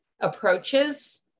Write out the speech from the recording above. approaches